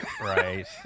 right